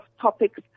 topics